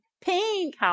pink